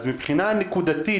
מבחינה נקודתית,